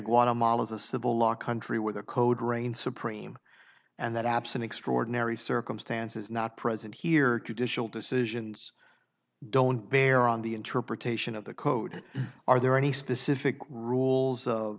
guatemala is a civil law country with a code reigns supreme and that absent extraordinary circumstances not present here judicial decisions don't bear on the interpretation of the code are there any specific rules of